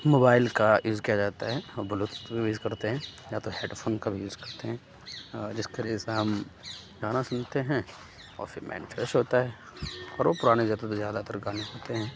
mobile کا use کیا جاتا ہے اور بلو توتھ بھی یوز کرتے ہیں یا تو ہیڈ فون کا بھی یوز کرتے ہیں اور جس کے وجہ سے ہم گانا سنتے ہیں اور پھر مائنڈ فریش ہوتا ہے اور وہ پرانے زیادہ سے زیادہ تر گانے ہوتے ہیں